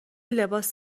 لباس